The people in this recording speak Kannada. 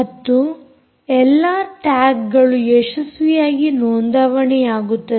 ಮತ್ತು ಎಲ್ಲ ಟ್ಯಾಗ್ಗಳು ಯಶಸ್ವಿಯಾಗಿ ನೋಂದಾವಣಿಯಾಗುತ್ತದೆ